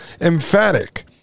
emphatic